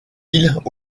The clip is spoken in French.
îles